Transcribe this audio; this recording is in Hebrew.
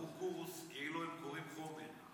הם עברו קורס כאילו הם קוראים חומר.